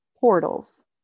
portals